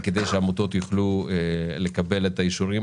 וכדי שהעמותות יוכלו לקבל את האישורים